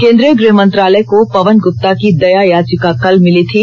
केन्द्रीय गृह मंत्रालय को पवन ग्प्ता की दया याचिका कल भिली थी